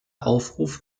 aufruf